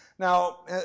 Now